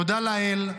תודה לאל,